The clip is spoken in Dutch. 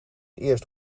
eerst